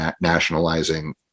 nationalizing